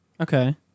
Okay